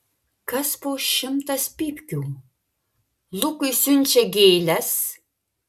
kas po šimtas pypkių lukui siunčia gėles